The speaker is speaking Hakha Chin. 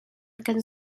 kan